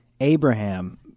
Abraham